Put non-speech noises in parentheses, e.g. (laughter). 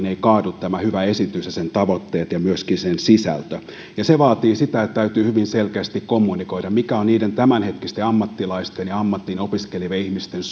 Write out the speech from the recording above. (unintelligible) eivät kaadu tämä hyvä esitys ja sen tavoitteet eikä myöskään sen sisältö ja se vaatii sitä että täytyy hyvin selkeästi kommunikoida mikä on tämänhetkisten ammattilaisten ja ammattiin opiskelevien ihmisten (unintelligible)